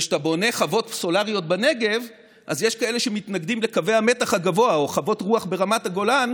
וכשאתה בונה חוות סולריות בנגב או חוות רוח ברמת הגולן